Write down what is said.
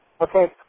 Okay